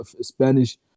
Spanish